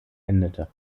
endete